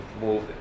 move